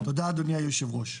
תודה אדוני היושב-ראש,